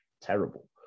terrible